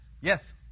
Yes